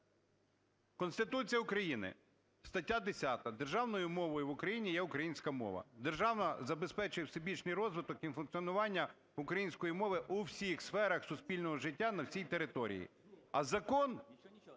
Конституція України стаття 10: "Державною мовою в Україні є українська мова. Держава забезпечує всебічний розвиток і функціонування української мови в усіх сферах суспільного життя на всій території." А закон